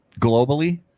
globally